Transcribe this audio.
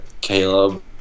Caleb